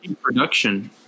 Production